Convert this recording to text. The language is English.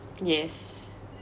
yes